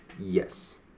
Yes